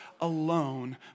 alone